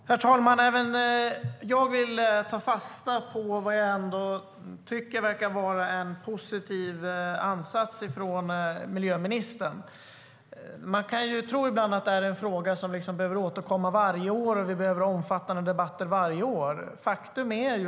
Herr talman! Även jag vill ta fasta på det som verkar vara en positiv ansats från miljöministern. Man kan ibland tro att det här är en fråga som behöver återkomma och debatteras varje år.